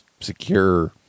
secure